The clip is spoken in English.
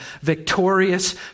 victorious